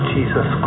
Jesus